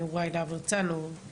יוראי להב הרצנו,